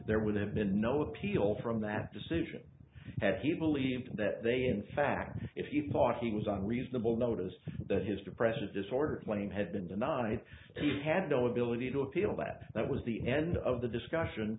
there would have been no appeal from that decision had he believed that they in fact if you thought he was on reasonable notice that his depressive disorder claim had been denied he had no ability to appeal that that was the end of the discussion